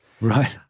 Right